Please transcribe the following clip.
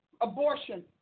abortion